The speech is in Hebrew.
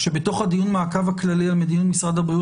בדיון המעקב הכללי על מדיניות משרד הבריאות